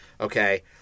okay